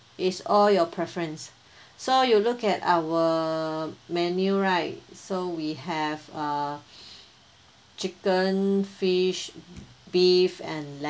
it's all your preference so you look at our menu right so we have uh chicken fish beef and lamb